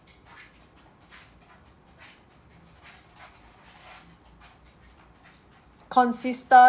consistent